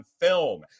film